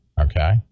Okay